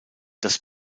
das